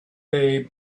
they